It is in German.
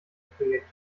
projekt